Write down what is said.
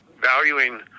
valuing